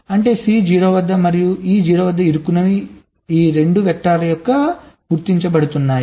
అంటే C 0 మరియు e 0 వద్ద ఇరుక్కున్నవి రెండూ ఈ వెక్టర్ ద్వారా గుర్తించబడుతున్నాయి